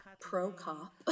pro-cop